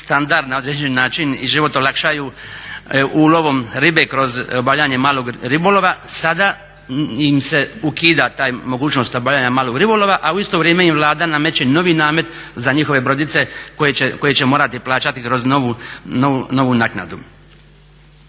na određeni način i život olakšaju ulovom ribe kroz obavljanje malog ribolova. Sada im se ukida ta mogućnost obavljanja malog ribolova a u isto vrijeme im Vlada nameće novi namet za njihove brodice koje će morati plaćati kroz novu naknadu.